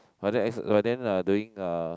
but then exe~ but then uh doing uh